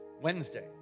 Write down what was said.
Wednesday